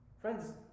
Friends